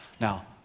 Now